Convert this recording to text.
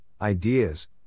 ideas